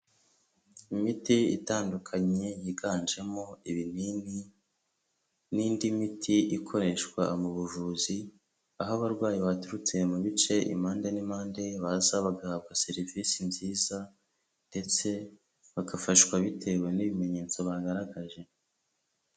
Imiti itandukanye yiganjemo ibinini n'indi miti ikoreshwa mu buvuzi, aho abarwayi baturutse mu bice impande n'impande baza bagahabwa serivisi nziza ndetse bagafashwa bitewe n'ibimenyetso bagaragaje.